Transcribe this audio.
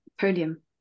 Podium